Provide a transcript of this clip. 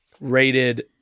rated